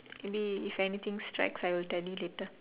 maybe if anything strikes I will tell you later